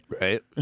Right